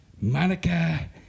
Monica